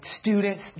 students